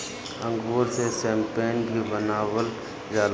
अंगूर से शैम्पेन भी बनावल जाला